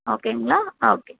ஓகேங்களா ஓகே